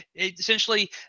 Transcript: Essentially